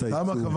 את העיצום,